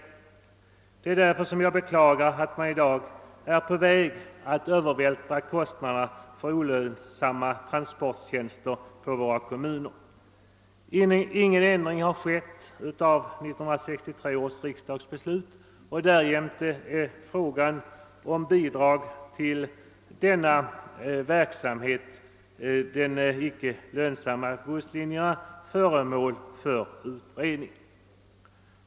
Det är därför jag beklagar att man i dag är på väg att övervältra kostnaderna för olönsamma transporttjänster på våra kommuner. Ingen ändring har skett av 1963 års riksdagsbeslut, och därjämte är frågan om bidrag till icke lönsamma busslinjer fortfarande föremål för utredning.